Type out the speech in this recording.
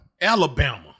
Alabama